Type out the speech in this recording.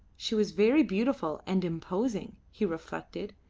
she was very beautiful and imposing, he reflected,